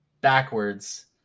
backwards